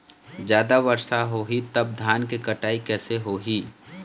जादा वर्षा होही तब धान के कटाई कैसे होही?